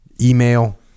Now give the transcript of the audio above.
Email